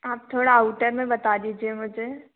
आप थोड़ा आउटर में बता दीजिए मुझे